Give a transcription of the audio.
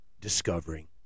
discovering